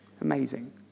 amazing